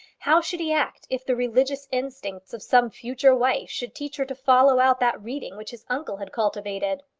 how should he act if the religious instincts of some future wife should teach her to follow out that reading which his uncle had cultivated?